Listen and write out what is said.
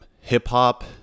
hip-hop